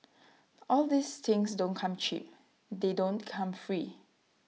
all these things don't come cheap they don't come free